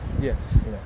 Yes